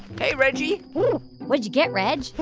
hey, reggie what'd you get, reg?